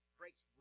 breaks